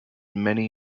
many